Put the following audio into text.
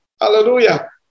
Hallelujah